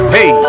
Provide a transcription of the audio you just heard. Hey